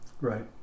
Right